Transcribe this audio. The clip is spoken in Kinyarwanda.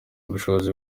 ubushobozi